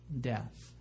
death